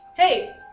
Hey